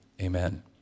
amen